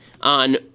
on